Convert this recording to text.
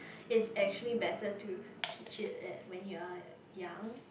it's actually better to teach it that when you are young